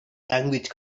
language